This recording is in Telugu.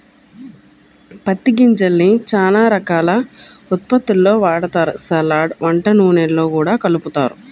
పత్తి గింజల్ని చానా రకాల ఉత్పత్తుల్లో వాడతారు, సలాడ్, వంట నూనెల్లో గూడా కలుపుతారు